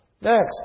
Next